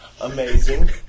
Amazing